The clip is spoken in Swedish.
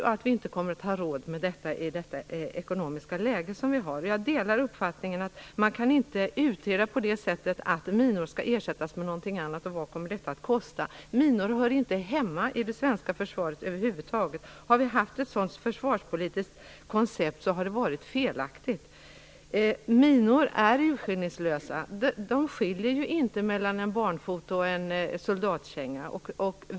Vi kommer inte att ha råd med detta i det ekonomiska läge som vi har. Jag delar uppfattningen att man inte kan utreda på det sättet att minor skall ersättas med något annat och vad det kommer att kosta. Minor hör inte hemma i det svenska försvaret över huvud taget. Har vi haft ett sådant försvarspolitiskt koncept har det varit felaktigt. Minor är urskillningslösa. De skiljer ju inte mellan en barnfot och en soldatkänga.